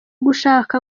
gushaka